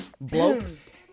Blokes